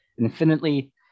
infinitely